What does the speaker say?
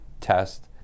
test